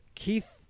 keith